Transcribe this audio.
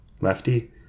lefty